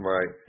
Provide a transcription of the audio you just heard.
Right